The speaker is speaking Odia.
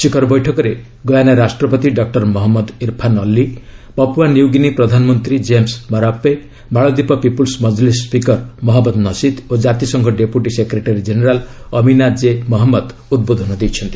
ଶିଖର ବୈଠକରେ ଗୟାନା ରାଷ୍ଟ୍ରପତି ଡକୁର Mohamed Irfaan Ali Papua New Guinea ପ୍ରଧାନମନ୍ତ୍ରୀ କ୍େମ୍ବ ମାରାସ୍ପେ ମାଳଦୀପ ପିପୁଲ୍ସ ମଜଲିସ୍ ସ୍ୱିକର୍ ମହମ୍ମଦ୍ ନଶୀଦ୍ ଓ କାତିସଂଘ deputy secretary general Amina J Mohammed ଉଦ୍ବୋଧନ ଦେଇଛନ୍ତି